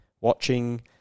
watching